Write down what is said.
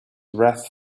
wreath